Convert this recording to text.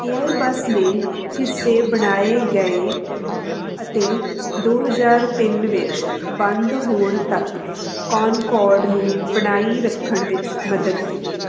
Airbus ਨੇ ਹਿੱਸੇ ਬਣਾਏ ਗਏ ਅਤੇ ਦੋ ਹਜ਼ਾਰ ਤਿੰਨ ਵਿੱਚ ਬੰਦ ਹੋਣ ਤੱਕ ਕੌਨਕੋਰਡ ਨੂੰ ਬਣਾਈ ਰੱਖਣ ਵਿੱਚ ਮਦਦ ਕੀਤੀ